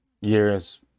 years